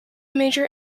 major